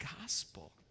gospel